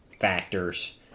factors